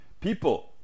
people